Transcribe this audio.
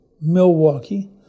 Milwaukee